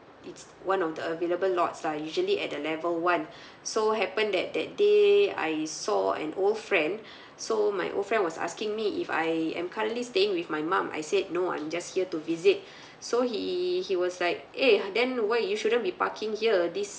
it's one of the available lot lah usually at the level one so happen that that day I saw an old friend so my old friend was asking me if I am currently staying with my mum I said no I'm just here to visit so he he was like eh then why you shouldn't be parking here this